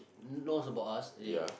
knows about us eh